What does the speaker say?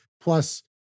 Plus